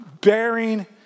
bearing